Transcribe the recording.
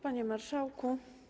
Panie Marszałku!